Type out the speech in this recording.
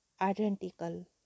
identical